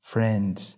Friends